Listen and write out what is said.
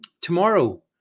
tomorrow